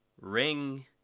ring